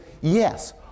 yes